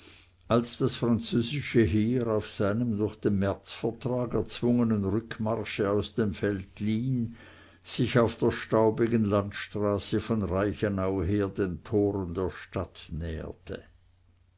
als das französische heer auf seinem durch den märzvertrag erzwungenen rückmarsche aus dem veltlin sich auf der staubigen landstraße von reichenau her den toren der stadt chur näherte